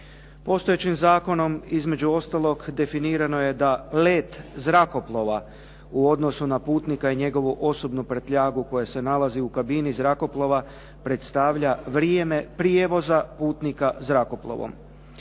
Postojećim zakonom između ostalog definirano je da let zrakoplova u odnosu na putnika i njegovu osobnu prtljagu koja se nalazi u kabini zrakoplova, predstavlja vrijeme prijevoza putnika zrakoplovom.